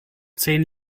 zehn